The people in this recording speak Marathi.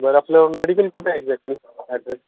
बरं आपलं मेडिकल कुठंय एक्झॅक्टली ॲड्रेस